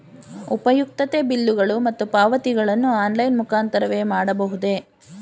ಉಪಯುಕ್ತತೆ ಬಿಲ್ಲುಗಳು ಮತ್ತು ಪಾವತಿಗಳನ್ನು ಆನ್ಲೈನ್ ಮುಖಾಂತರವೇ ಮಾಡಬಹುದೇ?